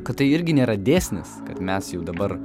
kad tai irgi nėra dėsnis kad mes jau dabar